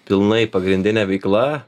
pilnai pagrindinė veikla